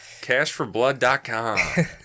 Cashforblood.com